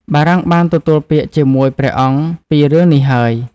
បារាំងបានទទួលពាក្យ ជាមួយ ព្រះអង្គពីរឿងនេះហើយ។